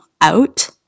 out